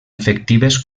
efectives